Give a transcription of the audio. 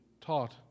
taught